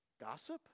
Gossip